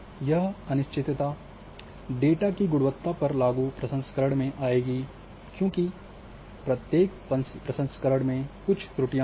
यह अनिश्चितता डेटा की गुणवत्ता पर लागू प्रसंस्करण में आएगी क्योंकि प्रत्येक प्रसंस्करण में कुछ त्रुटियां होंगी